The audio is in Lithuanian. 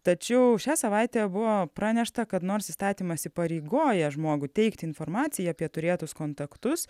tačiau šią savaitę buvo pranešta kad nors įstatymas įpareigoja žmogų teikti informaciją apie turėtus kontaktus